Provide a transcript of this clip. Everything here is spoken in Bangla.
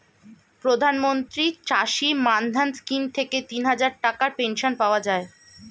প্রধানমন্ত্রী চাষী মান্ধান স্কিম থেকে তিনহাজার টাকার পেনশন পাওয়া যায়